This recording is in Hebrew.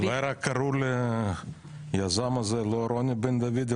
אולי קראו ליזם הזה לא רוני בן דוד,